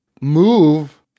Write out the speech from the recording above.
move